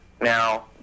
now